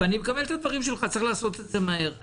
אני מקבל את הדברים שלך, צריך לעשות את זה מהר.